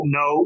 no